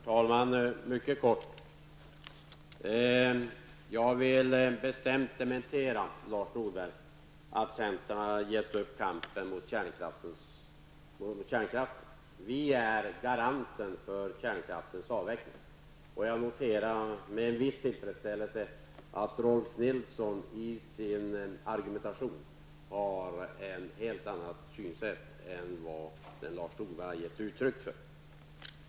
Herr talman! Jag vill bestämt dementera, Lars Norberg, att centern har gett upp kampen mot kärnkraften. Centerpartiet är garanten för kärnkraftens avveckling. Jag noterar med en viss tillfredsställelse att Rolf L Nilson i sin argumentation har ett helt annat synsätt än det Lars Norberg har gett uttryck för.